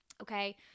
Okay